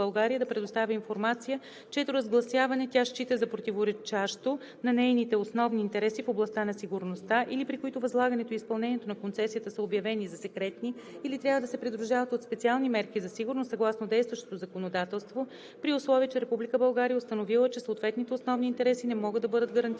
информация, чието разгласяване тя счита за противоречащо на нейните основни интереси в областта на сигурността или при които възлагането и изпълнението на концесията са обявени за секретни или трябва да се придружават от специални мерки за сигурност съгласно действащото законодателство, при условие че Република България е установила, че съответните основни интереси не могат да бъдат гарантирани